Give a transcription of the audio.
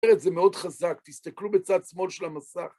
זה מאוד חזק, תסתכלו בצד שמאל של המסך.